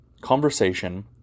conversation